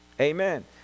Amen